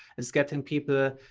it's getting people,